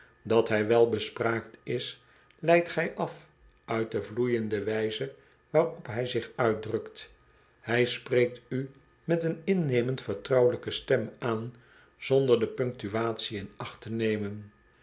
dat hij welbespraakt is leidt gij af uit de vloeiende wijze waarop hij zich uitdrukt hy spreekt u met een innemend vertrouwelijke stem aan zonder de punctuatie in acht te nemen